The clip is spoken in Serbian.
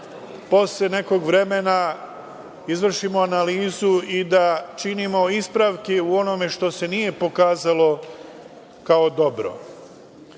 posle nekog vremena izvršimo analizu i da činimo ispravke u onome što se nije pokazalo kao dobro. Iz